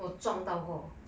我撞到过